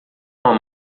uma